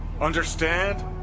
Understand